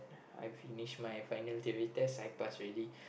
I finish my final theory test I passed already